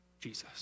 Jesus